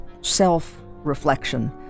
self-reflection